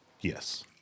yes